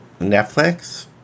Netflix